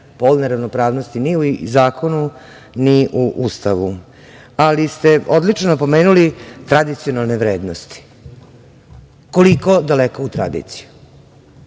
polne ravnopravnosti ni u zakonu, ni u Ustavu, ali ste odlično pomenuli tradicionalne vrednosti. Koliko daleko u tradiciju?